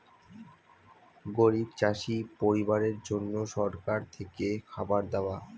গরিব চাষি পরিবারের জন্য সরকার থেকে খাবার দেওয়া